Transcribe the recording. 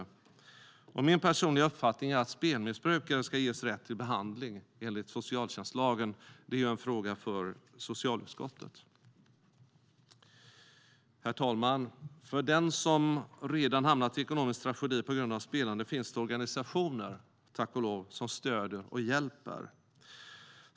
Min personliga uppfattning är att spelmissbrukare ska ges rätt till behandling enligt socialtjänstlagen, vilket är en fråga för socialutskottet. Herr talman! För den som redan hamnat i en ekonomisk tragedi på grund av spelande finns det tack och lov organisationer som stöder och hjälper.